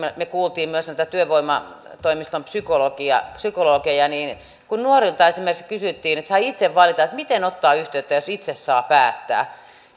me kuulimme myös työvoimatoimiston psykologeja psykologeja kun nuorilta esimerkiksi kysyttiin että jos saa itse valita miten ottaa yhteyttä jos itse saa päättää